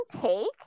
take